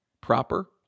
Proper